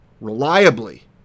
reliably